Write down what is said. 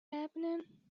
happening